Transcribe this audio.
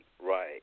right